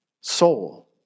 soul